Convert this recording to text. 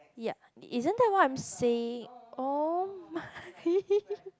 ya isn't that what I'm saying oh my